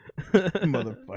Motherfucker